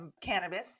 cannabis